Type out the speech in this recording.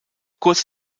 kurz